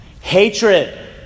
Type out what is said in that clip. hatred